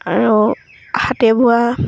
আৰু হাতে বোৱা